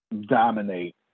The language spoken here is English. dominate